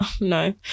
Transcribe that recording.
no